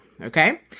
Okay